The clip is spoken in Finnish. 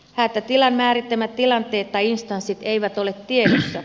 hätätilan määrittämät tilanteet tai instanssit eivät ole tiedossa